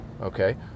okay